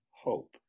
hope